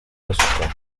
gasutamo